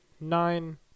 nine